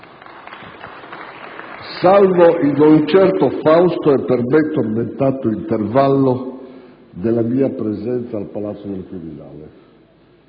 ...salvo il non certo fausto e per me tormentato intervallo della mia presenza al Palazzo del Quirinale.